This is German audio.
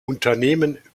unternehmen